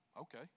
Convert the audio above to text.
Okay